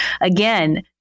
Again